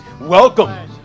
Welcome